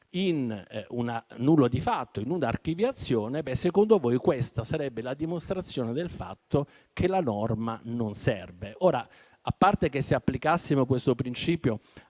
in un nulla di fatto, con un'archiviazione, questa sarebbe la dimostrazione del fatto che la norma non serve. Ora, a parte che se applicassimo tale principio